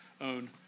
own